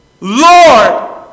Lord